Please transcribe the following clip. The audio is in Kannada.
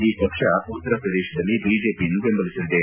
ಈ ಪಕ್ಷ ಉತ್ತರಪ್ರದೇಶದಲ್ಲಿ ಬಿಜೆಪಿಯನ್ನು ಬೆಂಬಲಿಸಲಿದೆ